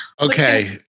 Okay